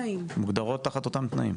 מוגדרות תחת אותם תנאים.